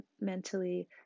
mentally